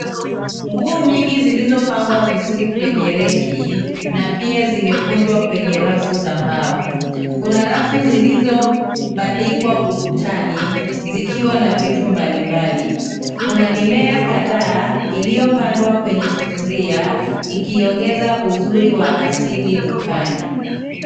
Nguo nyingi zilizopangwa vizuri kwenye reki na pia zimekunjwa kwenye rafu za mbao. Kuna rafu zilizobandikwa ukutani zikiwa na vitu mbalimbali, kuna mimea kadhaa iliyopandwa kwenye sufuria ikiongeza uzuri wa asili dukani.